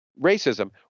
racism